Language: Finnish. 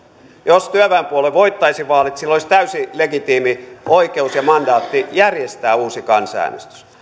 jos työväenpuolue voittaisi vaalit sillä olisi täysi legitiimi oikeus ja mandaatti järjestää uusi kansanäänestys